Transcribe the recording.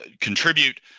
contribute